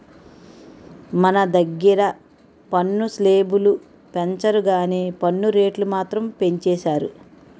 మన దగ్గిర పన్ను స్లేబులు పెంచరు గానీ పన్ను రేట్లు మాత్రం పెంచేసారు